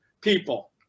people